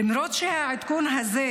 למרות שהעדכון הזה,